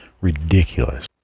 ridiculous